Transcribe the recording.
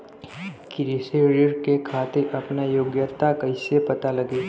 कृषि ऋण के खातिर आपन योग्यता कईसे पता लगी?